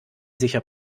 sicher